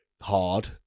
hard